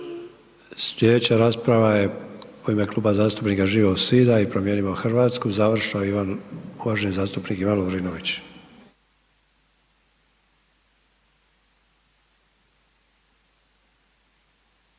Slijedeća rasprava je u ime Kluba zastupnika Živog zida i Promijenimo Hrvatsku, završno Ivan, uvaženi zastupnik Ivan Lovrinović.